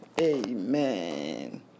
Amen